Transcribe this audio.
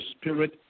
Spirit